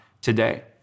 today